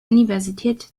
universität